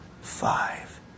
five